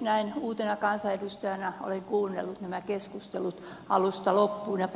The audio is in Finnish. näin uutena kansanedustajana olen kuunnellut nämä keskustelut alusta loppuun ja